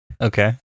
Okay